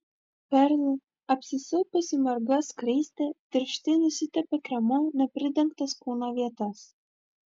perl apsisupusi marga skraiste tirštai nusitepė kremu nepridengtas kūno vietas